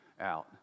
out